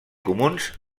comuns